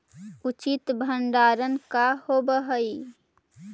उचित भंडारण का होव हइ?